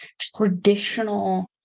traditional